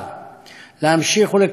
להמשיך ולקיים את תפקידיו.